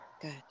Good